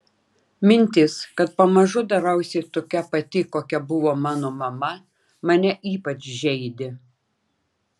mintis kad pamažu darausi tokia pati kokia buvo mano mama mane ypač žeidė